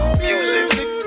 music